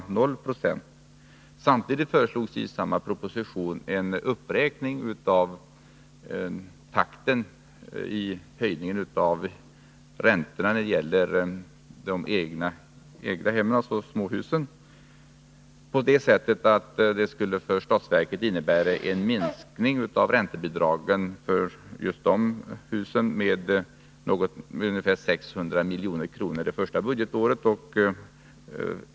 I samma proposition föreslogs också en uppräkning av räntehöjningstakten för egnahem, dvs. småhus, på sådant sätt att det för statsverket skulle innebära en minskning av räntebidragen till småhusen med ungefär 600 milj.kr. det första budgetåret.